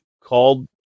called